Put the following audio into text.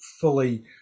fully